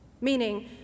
Meaning